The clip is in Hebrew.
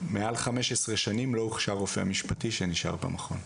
מעל 15 שנים לא הוכשר רופא משפטי שנשאר במכון.